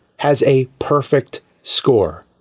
has a. perfect. score.